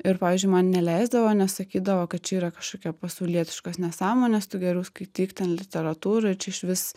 ir pavyzdžiui man neleisdavo nes sakydavo kad čia yra kažkokia pasaulietiškos nesąmonės tu geriau skaityk ten literatūrą ir čia išvis